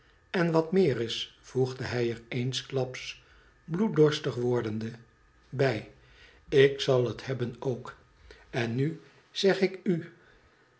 en wat meer is voegde hij er eensklaps bloeddorstig wordende bij ik zal het hebben ook en nu zeg ik u